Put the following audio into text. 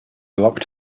locked